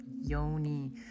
yoni